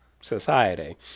society